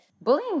Bullying